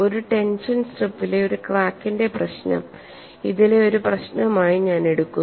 ഒരു ടെൻഷൻ സ്ട്രിപ്പിലെ ഒരു ക്രാക്കിന്റെ പ്രശ്നം ഇതിലെ ഒരു പ്രശ്നമായി ഞാൻ എടുക്കുന്നു